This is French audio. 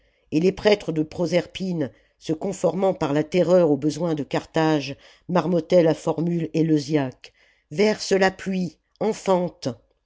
et les prêtres de proserpine se conformant par la terreur au besoin de carthage marmottaient la formule éleusiaque verse la pluie enfante